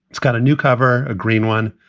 it's got a new cover, a green one.